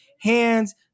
hands